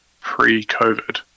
pre-COVID